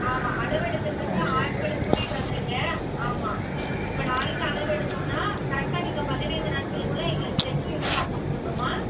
ஆமாம் அளவு எடுக்கிறதுக்கு ஆட்களை கூட்டிகிட்டு வந்துடுங்க ஆமாம் இப்போ நாளைக்கு அளவு எடுத்தோன்னால் கரெக்ட்டாக நீங்கள் பதினைந்து நாட்களுக்குள்ளே எங்களுக்கு தைச்சி யூனிஃபார்ம் கொடுத்துர்ணும்மா